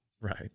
right